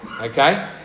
Okay